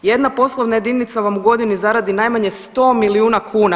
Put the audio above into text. Jedna poslovna jedinica vam u godini zaradi najmanje 100 miliju kuna.